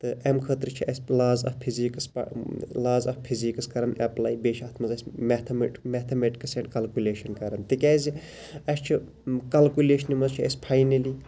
تہٕ امہِ خٲطرٕ چھِ اَسہِ laws of physics laws of physics کَران ایٚپلاے بیٚیہِ چھ اتھ مَنٛز اَسہِ میتھامیٚٹ میتھَامیٚٹِکس ایٚنٛڈ کَلکُلیشَن کَران تکیاز اَسہِ چھُ کَلکُلیشنہِ مَنٛز چھُ اَسہِ فاینَلی